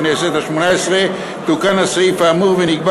בכנסת השמונה-עשרה תוקן הסעיף האמור ונקבע